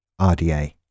RDA